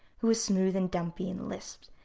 who was smooth and dumpy, and lisped,